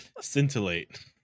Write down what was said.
scintillate